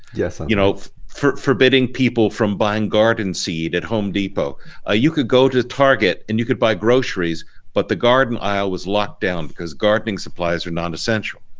yes you know forbidding people from buying garden seed at home depot ah you could go to target and you could buy groceries but the garden isle was locked down because gardening supplies are non-essential.